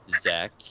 Zach